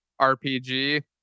RPG